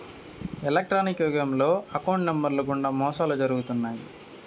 electronics యుగంలో account నెంబర్లు గుండా మోసాలు జరుగుతున్నాయి